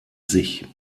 sich